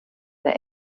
der